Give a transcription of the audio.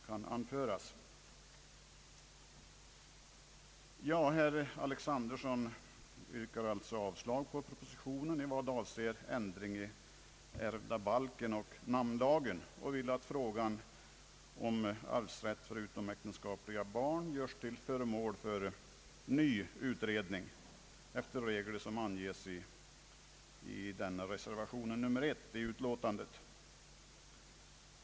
Herr Alexanderson yrkar alltså avslag på propositionen i vad den avser ändring i ärvdabalken och namnlagen samt vill att frågan om arvsrätt för utomäktenskapliga barn görs till föremål för ny utredning efter regler som anges i reservation 1.